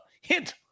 hint